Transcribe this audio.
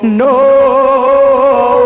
no